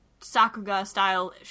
Sakuga-style